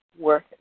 work